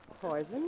Poison